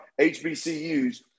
HBCUs